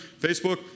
Facebook